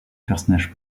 personnage